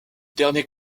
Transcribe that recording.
derniers